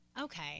Okay